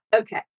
Okay